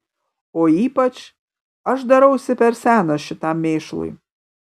o ypač aš darausi per senas šitam mėšlui